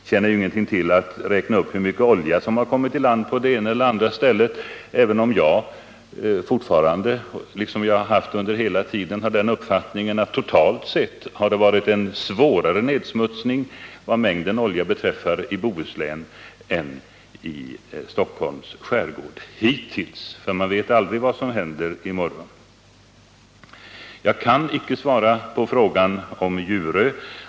Det tjänar ingenting till att räkna upp hur mycket olja som kommit i land på det ena eller andra stället, även om jag fortfarande har den uppfattningen som jag haft hela tiden, att det totalt sett varit en svårare nedsmutsning vad mängden olja beträffar i Bohuslän än i Stockholms skärgård. Så har det varit hittills — man vet ju inte vad som händer i morgon. Jag kan icke svara på frågan om Djurö.